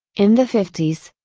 in the fifties,